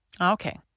Okay